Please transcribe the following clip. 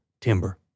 timber